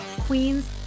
queens